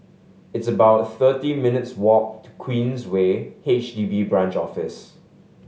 it's about thirty minutes' walk to Queensway H D B Branch Office